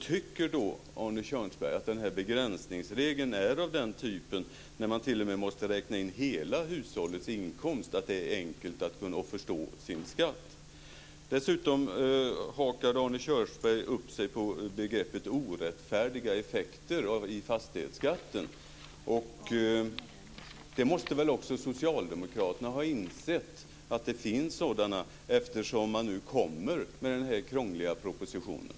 Tycker Arne Kjörnsberg att den här begränsningsregeln är av den typen, när man t.o.m. måste räkna in hela hushållets inkomst, att det är enkelt att förstå sin skatt? Dessutom hakade Arne Kjörnsberg upp sig på begreppet orättfärdiga effekter i fastighetsskatten. Det måste väl också socialdemokraterna ha insett att det finns sådana, eftersom man nu lägger fram den här krångliga propositionen.